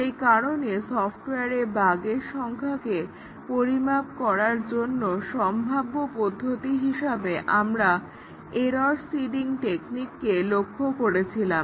সেই কারণে সফটওয়্যারে বাগের সংখ্যাকে পরিমাপ করার জন্য সম্ভাব্য পদ্ধতি হিসাবে আমরা এরর সিডিং টেকনিককে লক্ষ্য করেছিলাম